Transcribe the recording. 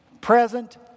Present